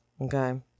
okay